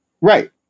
Right